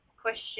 Question